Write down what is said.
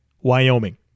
Wyoming